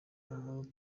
nanone